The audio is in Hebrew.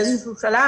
באיזה שהוא שלב,